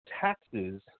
taxes